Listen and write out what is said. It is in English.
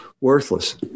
worthless